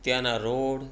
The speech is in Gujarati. ત્યાંનાં રોડ